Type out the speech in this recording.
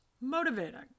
motivating